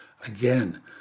Again